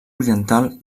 oriental